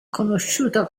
conosciuta